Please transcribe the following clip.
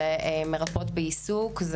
זה מרפאות בעיסוק,